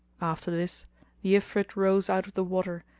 after this the ifrit rose out of the water,